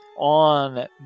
on